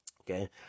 okay